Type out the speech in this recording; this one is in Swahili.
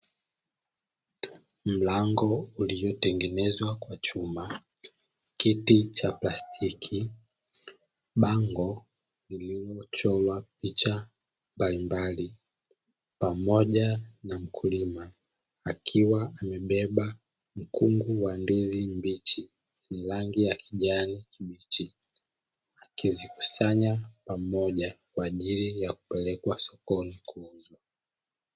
Mlango uliotengenezwa kwa chuma, kiti cha plastiki, bango lililochorwa picha mbalimbali pamoja na mkulima akiwa amebeba mkungu wa ndizi mbichi ya rangi ya kijani kibichi akizikusanya pamoja kwa ajili ya kupelekwa sokoni kuuzwa.